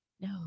No